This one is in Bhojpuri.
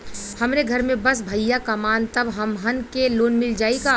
हमरे घर में बस भईया कमान तब हमहन के लोन मिल जाई का?